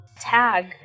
tag